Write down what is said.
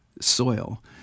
soil